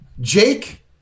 Jake